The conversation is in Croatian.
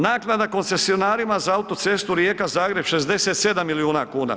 Naknada koncesionarima za autocestu Rijeka-Zagreb 67 milijuna kuna.